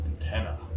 Antenna